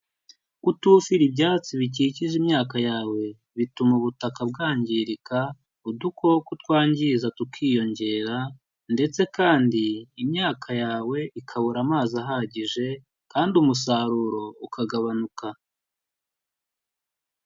Kutufira ibyatsi bikikije imyaka yawe, bituma ubutaka bwangirika, udukoko twangiza tukiyongera ndetse kandi imyaka yawe ikabura amazi ahagije kandi umusaruro ukagabanuka.